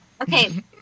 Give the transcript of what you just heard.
Okay